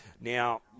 Now